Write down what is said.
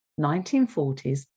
1940s